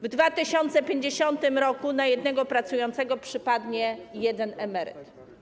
W 2050 r. na jednego pracującego przypadnie jeden emeryt.